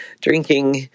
drinking